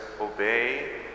obey